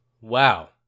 wow